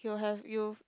you'll have youth